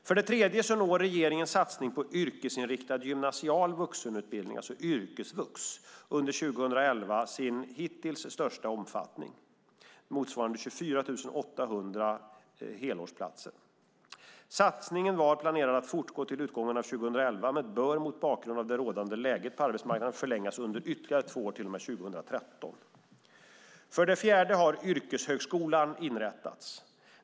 För det tredje når regeringens satsning på yrkesinriktad gymnasial vuxenutbildning under 2011 sin hittills största omfattning, motsvarande 24 800 helårsplatser. Satsningen var planerad att fortgå till utgången av 2011 men bör mot bakgrund av det rådande läget på arbetsmarknaden förlängas under ytterligare två år till och med 2013. För det fjärde har yrkeshögskolan inrättats.